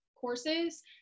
courses